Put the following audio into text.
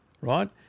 right